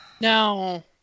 No